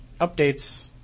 updates